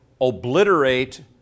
obliterate